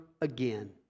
again